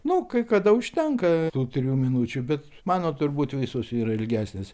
nu kai kada užtenka tų trijų minučių bet mano turbūt visos yra ilgesnės